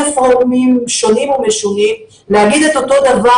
פורומים שונים ומשונים להגיד את אותו דבר,